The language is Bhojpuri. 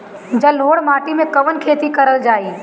जलोढ़ माटी में कवन खेती करल जाई?